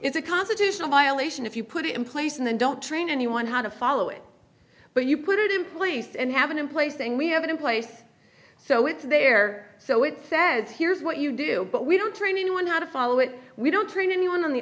is a constitutional violation if you put it in place and then don't train anyone how to follow it but you put it in place and have an emplacing we have it in place so it's there so it says here's what you do but we don't train one how to follow it we don't train anyone in the